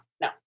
no